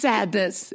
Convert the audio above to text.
Sadness